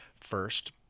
first